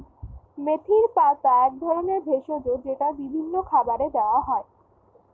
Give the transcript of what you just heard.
মেথির পাতা এক ধরনের ভেষজ যেটা বিভিন্ন খাবারে দেওয়া হয়